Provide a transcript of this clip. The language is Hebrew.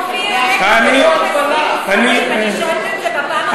אופיר, איפה כתוב 20 שרים?